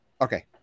Okay